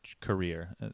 career